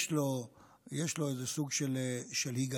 יש בו איזה סוג של היגיון,